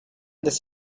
this